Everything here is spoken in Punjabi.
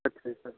ਅੱਛਾ ਜੀ ਸਰ